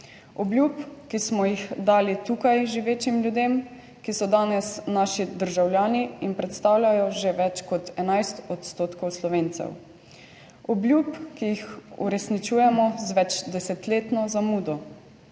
obljub, ki smo jih dali tukaj živečim ljudem, ki so danes naši državljani in predstavljajo že več kot 11 % Slovencev, obljub, ki jih uresničujemo z večdesetletno zamudo.